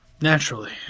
Naturally